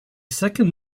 second